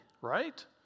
right